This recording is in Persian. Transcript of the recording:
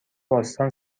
باستان